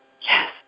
Yes